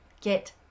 get